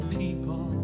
people